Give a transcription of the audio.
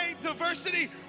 diversity